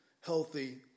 healthy